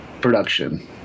production